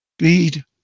Speed